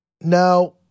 Now –